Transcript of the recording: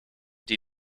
die